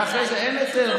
ואחרי זה אין היתר.